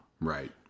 Right